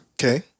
okay